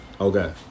Okay